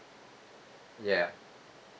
ya